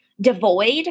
devoid